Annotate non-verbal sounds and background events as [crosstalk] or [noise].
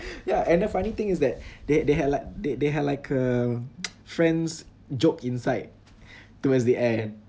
ya and the funny thing is that they they had like they they had like a [noise] friends joke inside towards the end